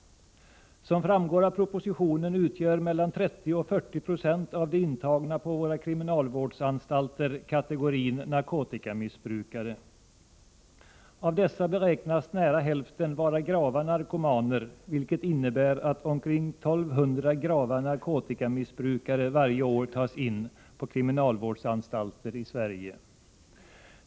Som framgår av propositionen utgör mellan 30 och 40 96 av de intagna på våra kriminalvårdsanstalter kategorin narkotikamissbrukare. Av dessa beräknas nära hälften vara grava narkomaner, vilket innebär att omkring 1 200 grava narkotikamissbrukare varje år tas in på kriminalvårdsanstalter i Sverige.